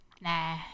nah